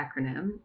acronym